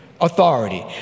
authority